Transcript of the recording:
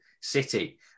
City